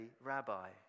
Rabbi